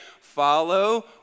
Follow